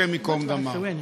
השם ייקום דמם.